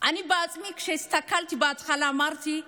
אני בעצמי, כשהסתכלתי בהתחלה אמרתי: